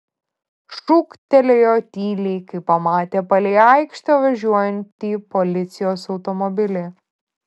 šūktelėjo tyliai kai pamatė palei aikštę važiuojantį policijos automobilį